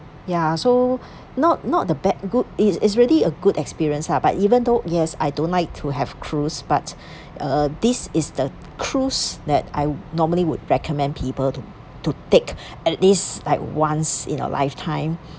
ya so not not the bad good it's is really a good experience lah but even though yes I don't like to have cruise but uh this is the cruise that I normally would recommend people to would take at least like once in your lifetime